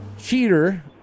cheater